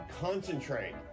Concentrate